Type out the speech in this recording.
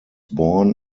born